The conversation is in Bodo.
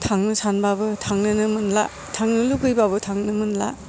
थांनो सानबाबो थांनोनो मोनला थांनो लुबैबाबो थांनो मोनला